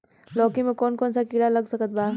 लौकी मे कौन कौन सा कीड़ा लग सकता बा?